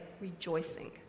rejoicing